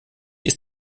ist